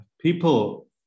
people